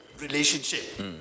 relationship